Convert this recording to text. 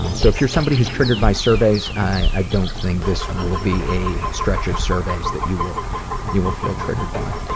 um so if you're somebody who's triggered by surveys, i don't think this will be a stretch of surveys that you will you will feel triggered by.